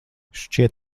šķiet